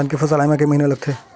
धान फसल आय बर कय महिना लगथे?